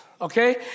Okay